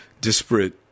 disparate